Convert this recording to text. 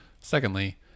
Secondly